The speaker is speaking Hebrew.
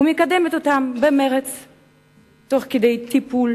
והיא מקדמת אותם במרץ, תוך כדי טיפול